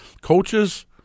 coaches